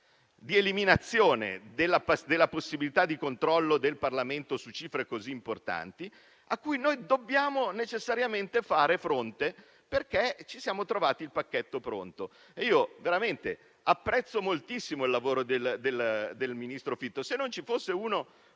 di "eliminazione" della possibilità di controllo del Parlamento su cifre così importanti, cui dobbiamo necessariamente far fronte, perché ci siamo trovati il pacchetto pronto. Apprezzo veramente moltissimo il lavoro del ministro Fitto: se non ci fosse un